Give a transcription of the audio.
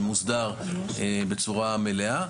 מוסדר בצורה מלאה.